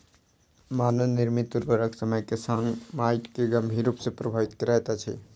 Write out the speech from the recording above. मानव निर्मित उर्वरक समय के संग माइट के गंभीर रूप सॅ प्रभावित करैत अछि